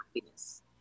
happiness